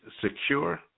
secure